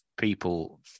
people